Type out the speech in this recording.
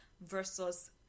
versus